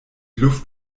luft